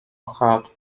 had